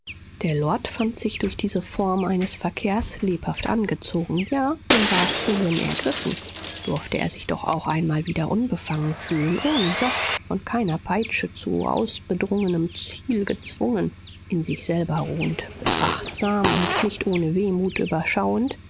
der lord fand sich durch diese form eines verkehrs lebhaft angezogen ja im wahrsten sinn ergriffen durfte er sich doch auch einmal wieder unbefangen fühlen ohne joch von keiner peitsche zu ausbedungenem ziel gezwungen in sich selber ruhend betrachtsam und nicht ohne wehmut überschauend